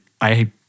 I-